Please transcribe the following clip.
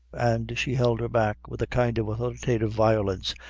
and she held her back, with a kind of authoritative violence,